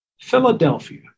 Philadelphia